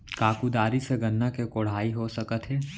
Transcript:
का कुदारी से गन्ना के कोड़ाई हो सकत हे?